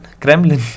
Kremlin